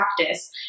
practice